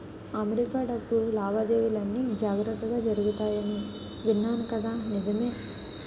America డబ్బు లావాదేవీలన్నీ జాగ్రత్తగా జరుగుతాయని విన్నాను కదా నిజమే